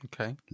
Okay